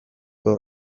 dio